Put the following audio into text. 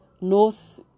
north